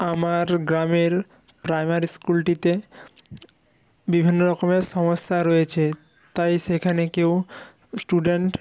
আমার গ্রামের প্রাইমারি স্কুলটিতে বিভিন্ন রকমের সমস্যা রয়েছে তাই সেখানে কেউ স্টুডেন্ট